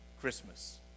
Christmas